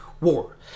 War